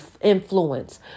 influence